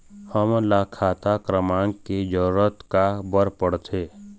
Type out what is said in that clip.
हमन ला खाता क्रमांक के जरूरत का बर पड़थे?